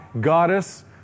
goddess